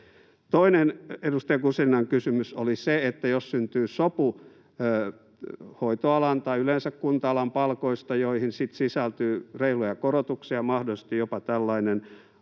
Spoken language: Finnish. Toinen edustaja Guzeninan kysymys oli se, että jos syntyy sopu hoitoalan tai yleensä kunta-alan palkoista, joihin sitten sisältyy reiluja korotuksia ja mahdollisesti jopa tällainen